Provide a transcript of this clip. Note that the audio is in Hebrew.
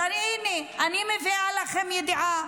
אז הינה, אני מביאה לכם ידיעה: